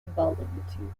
involving